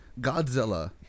Godzilla